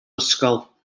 ysgol